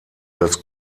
das